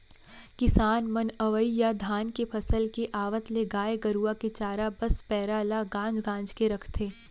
किसान मन अवइ या धान के फसल के आवत ले गाय गरूवा के चारा बस पैरा ल गांज गांज के रखथें